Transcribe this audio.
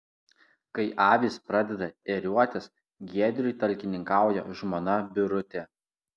kai avys pradeda ėriuotis giedriui talkininkauja žmona birutė